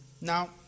Now